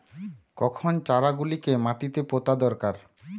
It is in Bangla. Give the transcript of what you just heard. কখন চারা গুলিকে মাটিতে পোঁতা দরকার?